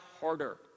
harder